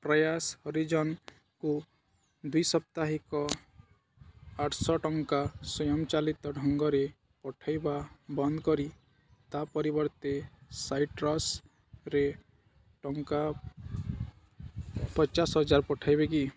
ପ୍ରୟାସ ହରିଜନଙ୍କୁ ଦ୍ୱିସାପ୍ତାହିକ ଆଠଶହ ଟଙ୍କା ସ୍ୱୟଂ ଚାଳିତ ଢଙ୍ଗରେ ପଠାଇବା ବନ୍ଦ କରି ତା' ପରିବର୍ତ୍ତେ ସାଇଟ୍ରସ୍ରେ ଟଙ୍କା ପଚାଶ ହଜାର ପଠାଇବେ କି